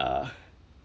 uh